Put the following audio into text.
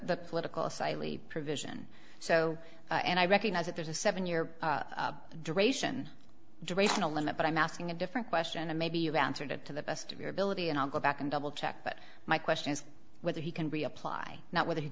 the political asylum provision so and i recognize that there's a seven year duration durational limit but i'm asking a different question and maybe you've answered it to the best of your ability and i'll go back and double check but my question is whether he can reapply not whether you